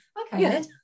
okay